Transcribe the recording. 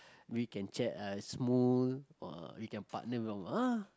we can chat at Smoo or we can partner ah